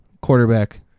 quarterback